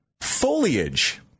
Foliage